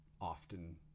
often